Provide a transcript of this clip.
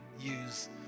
use